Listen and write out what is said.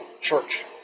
church